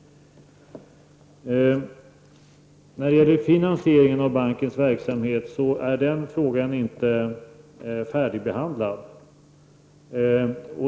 Frågan om finansieringen av bankens verksamhet är inte färdigbehandlad.